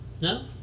No